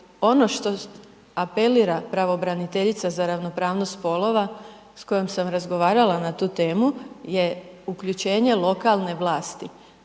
ono što apelira pravobraniteljica za ravnopravnost spolova s kojom sam razgovarala na tu temu je uključenje lokalne vlasti,